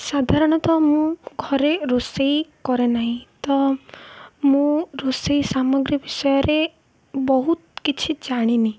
ସାଧାରଣତଃ ମୁଁ ଘରେ ରୋଷେଇ କରେ ନାହିଁ ତ ମୁଁ ରୋଷେଇ ସାମଗ୍ରୀ ବିଷୟରେ ବହୁତ କିଛି ଜାଣିନି